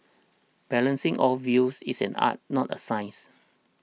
balancing all views is an art not a science